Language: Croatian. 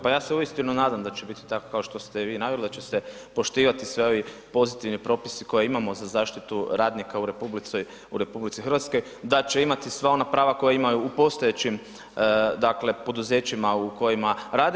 Pa ja se uistinu nadam da će biti tako kao što ste vi naveli, da će se poštivati sve ovi pozitivni propisi koje imamo za zaštitu radnika u RH, da će imati sva ona prava koja imaju u postojećim, dakle, poduzećima u kojima rade.